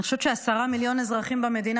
אני חושבת שעשרה מיליון אזרחים במדינה